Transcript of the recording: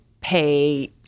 pay